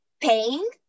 paying